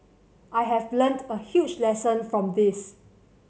I have learnt a huge lesson from this